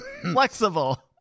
Flexible